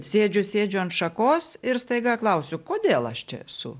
sėdžiu sėdžiu ant šakos ir staiga klausiu kodėl aš čia esu